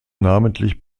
namentlich